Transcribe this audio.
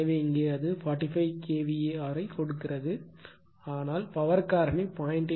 எனவே இங்கே அது 45 kVAr ஐக் கொடுக்கிறது ஆனால் பவர் காரணி 0